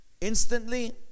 instantly